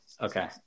Okay